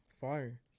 Fire